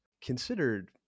considered